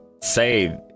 say